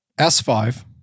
S5